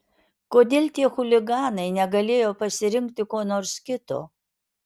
kodėl tie chuliganai negalėjo pasirinkti ko nors kito